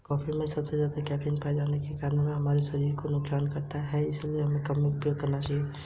रोहन ने पूछा की प्रधानमंत्री जीवन ज्योति बीमा योजना से आप क्या समझते हैं?